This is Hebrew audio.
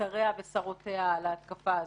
משריה ושרותיה על ההתקפה הזאת.